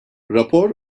rapor